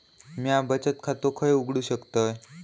म्या बचत खाते खय उघडू शकतय?